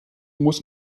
muss